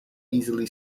easily